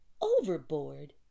overboard